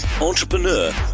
entrepreneur